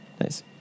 Nice